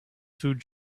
food